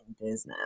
business